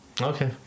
Okay